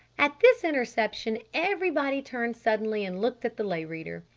at this interception everybody turned suddenly and looked at the lay reader.